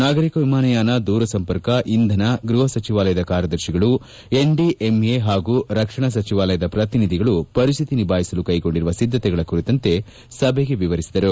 ನಾಗರಿಕ ವಿಮಾನಯಾನ ದೂರಸಂಪರ್ಕ ಇಂಧನ ಗ್ರಹ ಸಚಿವಾಲಯದ ಕಾರ್ಯದರ್ತಿಗಳು ಎನ್ಡಿಎಂಎ ಹಾಗೂ ರಕ್ಷಣಾ ಸಚಿವಾಲಯದ ಪ್ರತಿನಿಧಿಗಳು ಪರಿಸ್ತಿತಿ ನಿಭಾಯಿಸಲು ಕೈಗೊಂಡಿರುವ ಸಿದ್ಲತೆಗಳ ಕುರಿತಂತೆ ಸಭೆಗೆ ವಿವರಿಸಿದರು